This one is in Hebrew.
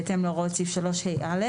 בהתאם להוראות סעיף 3ה(א).